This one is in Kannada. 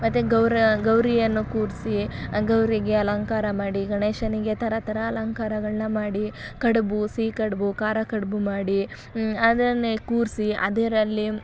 ಮತ್ತು ಗೌರಿ ಗೌರಿಯನ್ನು ಕೂರಿಸಿ ಗೌರಿಗೆ ಅಲಂಕಾರ ಮಾಡಿ ಗಣೇಶನಿಗೆ ಥರ ಥರ ಅಲಂಕಾರಗಳನ್ನ ಮಾಡಿ ಕಡುಬು ಸಿಹಿ ಕಡುಬು ಖಾರ ಕಡುಬು ಮಾಡಿ ಅದನ್ನೇ ಕೂರಿಸಿ ಅದರಲ್ಲಿ